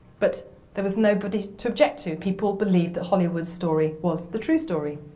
but there was nobody to object to people believed the hollywood story was the true story.